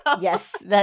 Yes